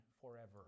forever